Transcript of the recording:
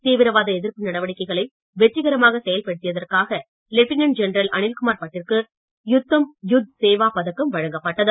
தீவிரவாத எதிர்ப்பு நடவடிக்கைகளை வெற்றிகரமாக செயல்படுத்தியதற்காக லெப்டினென்ட் ஜெனரல் அனில்குமார் பட் ற்கு உத்தம் யுத் சேவா பதக்கம் வழங்கப்பட்டது